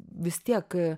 vis tiek